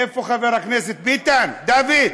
איפה חבר הכנסת ביטן, דוד?